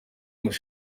muri